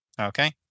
Okay